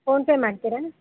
PhonePe ಮಾಡ್ತೀರಾ